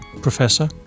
professor